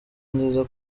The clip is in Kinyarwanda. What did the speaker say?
nziza